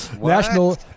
National